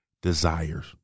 desires